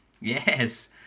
Yes